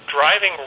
driving